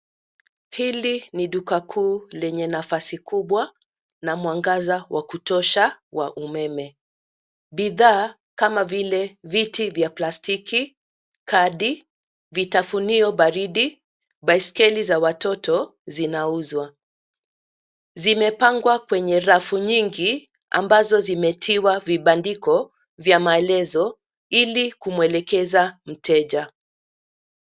Hili ni duka kuu lenye nafasi kubwa, na mwagaza wa kutosha ya umeme. Bidhaa kama vile viti vya plastiki, kadi, vitafunio baridi, baiskeli za watoto, zinauzwa. Zimepangwa kwenye rafu nyingi ambazo zimetiwa vibandiko vya maelezo ili kumwelekeza mteja.